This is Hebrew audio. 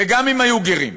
וגם אם היו גרים,